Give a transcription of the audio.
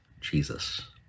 Jesus